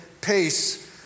pace